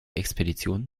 expedition